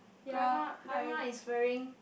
grandma grandma is wearing